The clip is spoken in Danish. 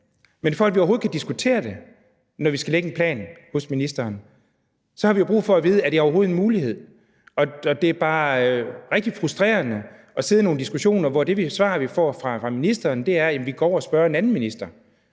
Men for at vi overhovedet kan diskutere det, når vi skal lægge en plan ovre hos ministeren, har vi jo brug for at vide, om det overhovedet er en mulighed. Det er bare rigtig frustrerende at sidde i nogle diskussioner, hvor det svar, vi får fra ministeren, er, at vi kan gå over og spørge en anden minister,